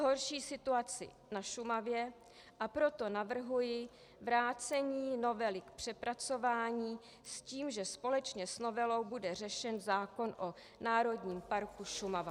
Zhorší situaci na Šumavě, a proto navrhuji vrácení novely k přepracování s tím, že společně s novelou bude řešen zákon o Národním parku Šumava.